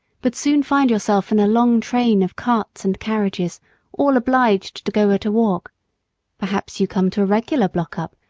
but soon find yourself in a long train of carts and carriages all obliged to go at a walk perhaps you come to a regular block-up,